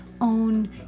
own